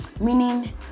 meaning